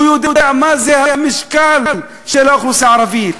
הוא יודע מה המשקל של האוכלוסייה הערבית.